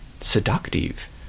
seductive